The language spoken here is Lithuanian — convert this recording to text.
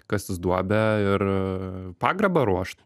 kastis duobę ir pagarbą ruošt